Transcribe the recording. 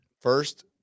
first